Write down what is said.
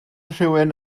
rhywun